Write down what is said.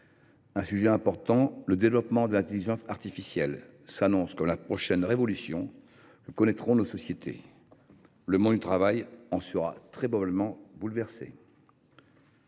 à les parer. Le développement de l’intelligence artificielle, sujet important, s’annonce comme la prochaine révolution que connaîtront nos sociétés. Le monde du travail en sera très probablement bouleversé.